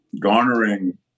garnering